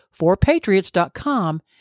forpatriots.com